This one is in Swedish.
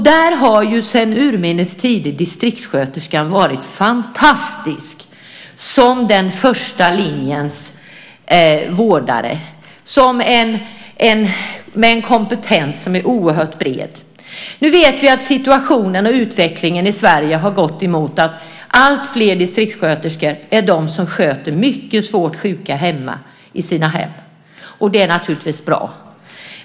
Där har ju sedan urminnes tider distriktssköterskan varit fantastisk som den första linjens vårdare, med en kompetens som är oerhört bred. Nu vet vi att situationen och utvecklingen i Sverige har gått mot att alltfler distriktssköterskor är de som sköter mycket svårt sjuka hemma i deras hem. Det är naturligtvis bra.